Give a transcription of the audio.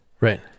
Right